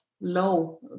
low